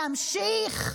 להמשיך?